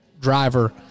driver